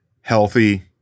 healthy